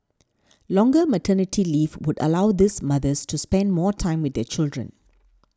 longer maternity leave would allow these mothers to spend more time with their children